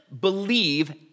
believe